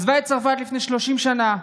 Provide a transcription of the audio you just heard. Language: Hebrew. עזבה את צרפת לפני 30 שנה,